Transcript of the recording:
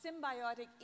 symbiotic